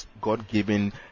God-given